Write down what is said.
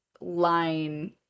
line